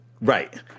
right